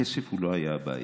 הכסף לא היה הבעיה,